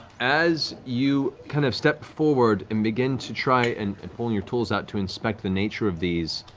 as you kind of step forward and begin to try, and and pulling your tools out to inspect the nature of these,